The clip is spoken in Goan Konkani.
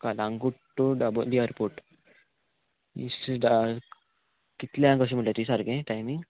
कलंगूट टू दाबोली एअरपोर्ट इस्टा कितल्यांक अशी म्हळ्यार तुयें सारकें टायमींग